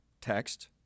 text